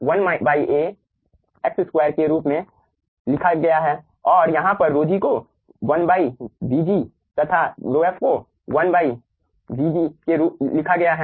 1 A के रूप में लिखा गया है और यहाँ पर ρg को 1vg तथा ρf को 1vf लिखा गया है